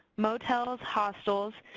motels, hostels,